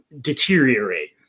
deteriorate